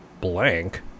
blank